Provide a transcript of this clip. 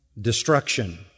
destruction